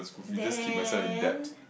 then